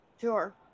Sure